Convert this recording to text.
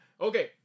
Okay